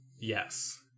Yes